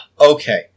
okay